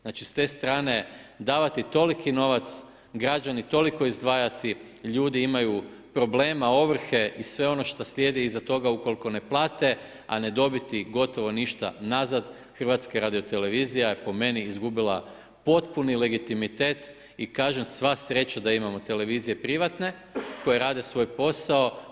Znači s te strane, davati toliki novac građani, toliko izdvajati, ljudi imaju problema, ovrhe i sve ono što slijedi za ono ukoliko ne plate, a ne dobiti gotovo ništa unazad, HRT po meni izgubila potpuni legitimitet i kažem, sva sreća da imamo televizije privatne, koje rade svoj posao.